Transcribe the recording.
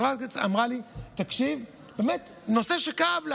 חברת הכנסת אמרה לי: תקשיב, באמת נושא שכאב לה,